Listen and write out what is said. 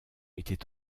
était